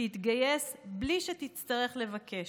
שיתגייס בלי שתצטרך לבקש.